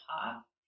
pop